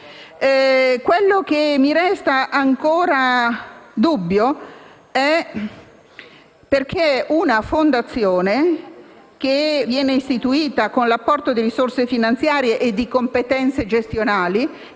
Quello che mi crea ancora dubbi è per quale motivo una fondazione, che viene istituita con l'apporto di risorse finanziarie e di competenze gestionali,